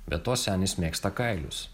be to senis mėgsta kailius